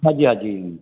हा जी हा जी